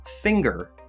finger